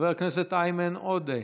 חבר הכנסת איימן עודה,